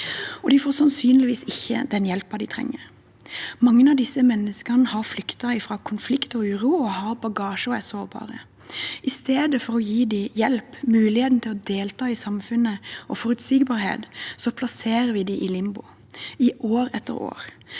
de får sannsynligvis ikke den hjelpen de trenger. Mange av disse menneskene har flyktet fra konflikt og uro, har bagasje og er sårbare. I stedet for å gi dem hjelp, muligheten til å delta i samfunnet og forutsigbarhet, plasserer vi dem i limbo, i år etter år